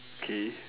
K